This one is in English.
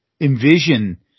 envision